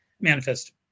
manifest